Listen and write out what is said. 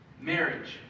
marriage